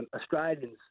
Australians